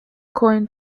coin